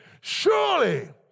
Surely